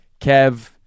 Kev